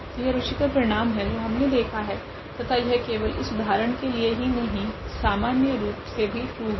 तो यह रुचिकर परिणाम है जो हमने देखा है तथा यह केवल इस उदाहरण के लिए ही नहीं सामान्य रूप से भी ट्रू है